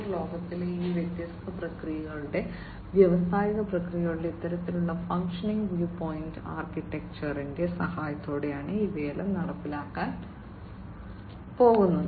0 ലോകത്തിലെ ഈ വ്യത്യസ്ത പ്രക്രിയകളുടെ വ്യാവസായിക പ്രക്രിയകളുടെ ഇത്തരത്തിലുള്ള ഫങ്ഷണൽ വ്യൂപോയിന്റ് ആർക്കിടെക്ചറിന്റെ സഹായത്തോടെയാണ് ഇവയെല്ലാം നടപ്പിലാക്കാൻ പോകുന്നത്